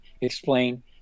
explain